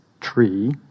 tree